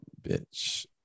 bitch